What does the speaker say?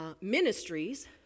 ministries